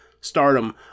Stardom